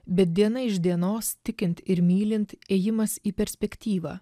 bet diena iš dienos tikint ir mylint ėjimas į perspektyvą